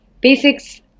basics